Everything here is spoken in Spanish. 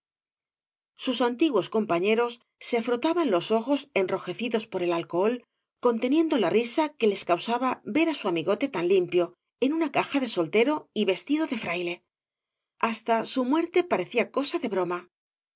sus antiguos compañeros se frotaban los ojos enrojecidos por el alcohol conteniendo la risa que les causaba ver á su amigóte tan limpio en una caja de soltero y vestido de fraile hasta bu muer te parecía cosa de broma